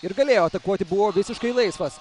ir galėjo atakuoti buvo visiškai laisvas